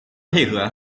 配合